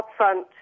upfront